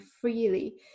freely